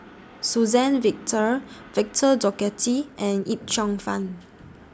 Suzann Victor Victor Doggett and Yip Cheong Fun